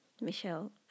Michelle